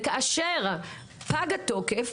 וכאשר פג התוקף